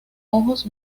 ojos